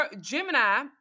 Gemini